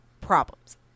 problems